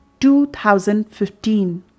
2015